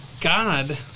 God